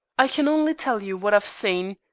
i can only tell you what i've seen,